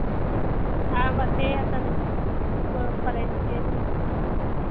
हम एतहि एखन पढ़ै छियै